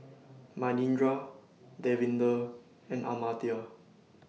Manindra Davinder and Amartya